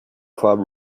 club